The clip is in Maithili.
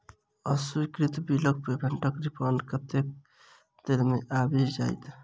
अस्वीकृत बिलक पेमेन्टक रिफन्ड कतेक देर मे आबि जाइत?